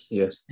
yes